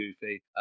goofy